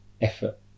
effort